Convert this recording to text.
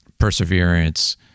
perseverance